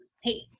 Hey